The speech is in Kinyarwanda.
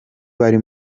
bari